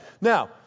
Now